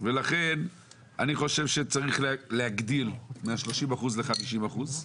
לכן אני חושב שצריך להגדיל מה-30% ל-50%.